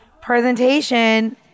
presentation